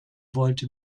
wollte